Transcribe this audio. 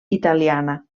italiana